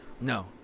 No